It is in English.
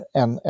en